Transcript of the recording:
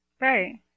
Right